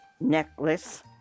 necklace